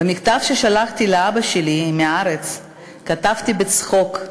במכתב ששלחתי לאבא שלי מהארץ כתבתי בצחוק: